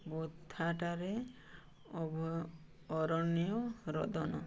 ବୃଥାଟାରେ ଅରଣ୍ୟ ରୋଦନ